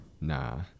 Nah